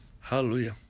Hallelujah